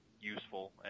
useful